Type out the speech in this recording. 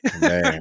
Man